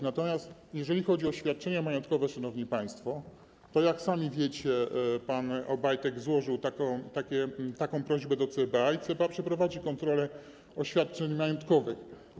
Natomiast jeżeli chodzi o oświadczenia majątkowe, szanowni państwo, to jak sami wiecie, pan Obajtek złożył taką prośbę do CBA i CBA przeprowadzi kontrolę oświadczeń majątkowych.